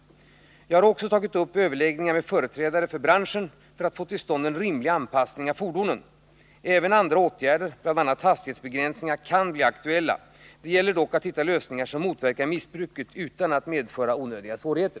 Jag har också tagit upp överläggningar med företrädare för snöskoterbranschen för att få till stånd en rimlig anpassning av fordonen. Även andra åtgärder — bl.a. hastighetsbegränsningar— kan bli aktuella. Det gäller dock att hitta lösningar som motverkar missbruket utan att medföra onödiga svårigheter.